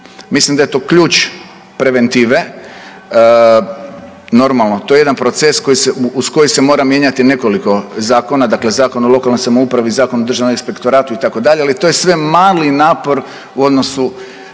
Mislim da je to ključ preventive. Normalno, to je jedan proces uz koji se mora mijenjati nekoliko zakona, dakle Zakon o lokalnoj samoupravi, Zakon o Državnom inspektoratu itd., ali to je sve mali napor u odnosu